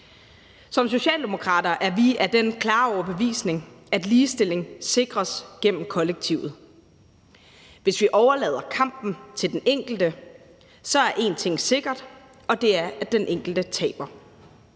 Som socialdemokrater er vi af den klare overbevisning, at ligestilling sikres gennem kollektivet. Hvis vi overlader kampen til den enkelte, er én ting sikkert, og det er, at den enkelte taber.